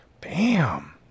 Bam